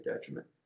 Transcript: detriment